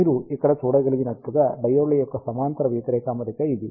మీరు ఇక్కడ చూడగలిగినట్లుగా డయోడ్ల యొక్క సమాంతర వ్యతిరేక అమరిక ఇది